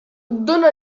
dóna